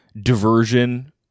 diversion